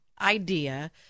idea